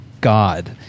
God